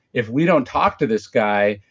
if we don't talk to this guy,